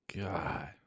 God